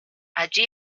allí